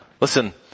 Listen